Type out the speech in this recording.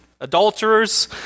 adulterers